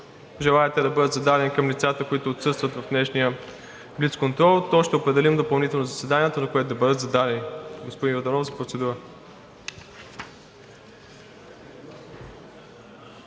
желаете да бъдат зададени към лицата, които отсъстват в днешния блицконтрол, то ще определим допълнително заседание, на което да бъдат зададени. Господин Йорданов – за процедура.